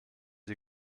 die